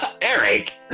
Eric